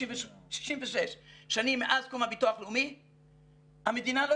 66 שנים מאז קום הביטוח הלאומי המדינה לא